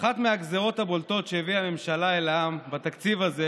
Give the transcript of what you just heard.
אחת הגזרות הבולטות שהביאה הממשלה על העם בתקציב הזה